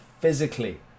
physically